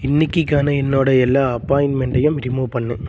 இன்னைக்கிக்கான என்னோட எல்லா அப்பாயிண்ட்மெண்ட்டையும் ரிமூவ் பண்ணு